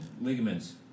ligaments